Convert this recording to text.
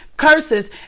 curses